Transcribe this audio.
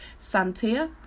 santia